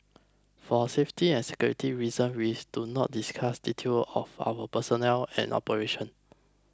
for safety and security reasons we do not discuss details of our personnel or operations